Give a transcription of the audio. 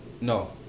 no